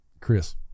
Chris